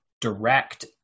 direct